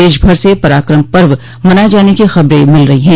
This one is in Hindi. देश भर से पराक्रम पर्व मनाए जाने की खबरें मिल रही हैं